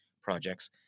projects